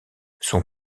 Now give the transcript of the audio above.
son